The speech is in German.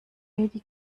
medi